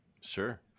Sure